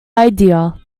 idea